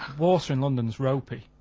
water in london's ropey.